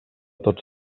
tots